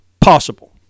possible